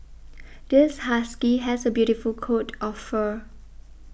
this husky has a beautiful coat of fur